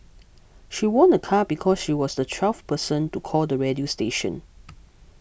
she won a car because she was the twelfth person to call the radio station